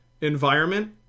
environment